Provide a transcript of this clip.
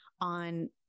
on